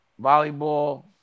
volleyball